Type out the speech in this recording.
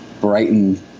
brighten